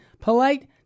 polite